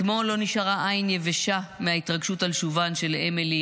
אתמול לא נשארה עין יבשה מההתרגשות על שובן של אמילי,